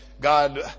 God